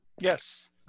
Yes